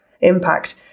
impact